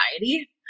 anxiety